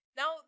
now